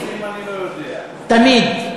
אחמד,